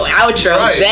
outro